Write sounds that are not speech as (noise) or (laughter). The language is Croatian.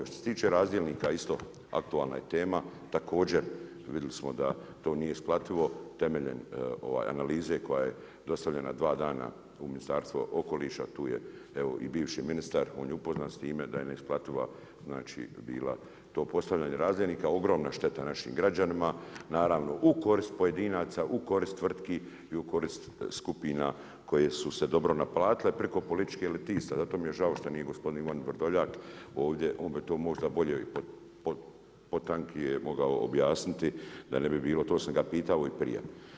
Što se tiče razdjelnika isto, aktualna je tema, također vidjeli smo da to nije isplativo, temeljem analize koja je dostavljena 2 dana u Ministarstvo okoliša, tu je evo i bivši ministar, on je upoznat s time, da je neisplativa, znači bila to postavljanje razdjelnika, ogromna šteta naših građanima, naravno u korist pojedinaca, u korist tvrtki i u korist skupina koje su se dobro naplatile preko političke ili … (unintelligible) zato mi je žao što nije gospodin Ivan Vrdoljak ovdje, on bi to možda bolje, potankije, mogao objasniti, da ne bi bilo, to sam ga pitao i prije.